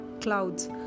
clouds